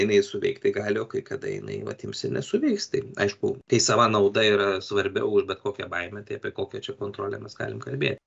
jinai suveikti gali o kai kada jinai vat ims ir nesuveiks tai aišku kai sava nauda yra svarbiau už bet kokią baimę tai apie kokią čia kontrolę mes galim kalbėt